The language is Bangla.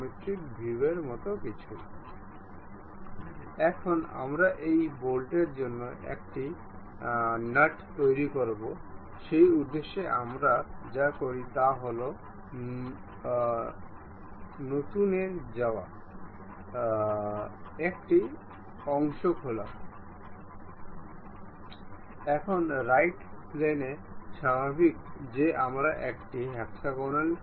সুতরাং এটি মিলিত হয় না কারণ এই আইটেমটি স্থির করা হয়েছে এবং আমরা ইতিমধ্যে এই এলাইনমেন্টটি এর এজের সাথে সংযুক্ত করেছি